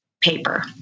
paper